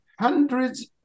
hundreds